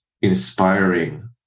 inspiring